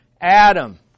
Adam